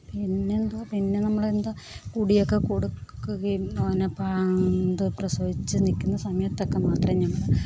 പിന്നെന്തുവാണ് പിന്നെ നമ്മൾ എന്താണ് കുടിയെക്കെ കൊടുക്കുകയും അങ്ങനെ ഇത് പ്രസവിച്ചു നിൽക്കുന സമയ ത്തൊക്കെ മാത്രമേ ഞങ്ങൾ